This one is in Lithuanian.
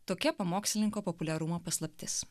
tokia pamokslininko populiarumo paslaptis